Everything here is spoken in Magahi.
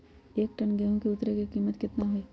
एक टन गेंहू के उतरे के कीमत कितना होतई?